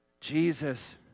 Jesus